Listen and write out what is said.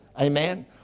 Amen